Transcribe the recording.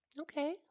okay